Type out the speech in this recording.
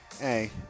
hey